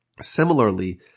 Similarly